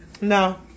No